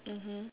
mmhmm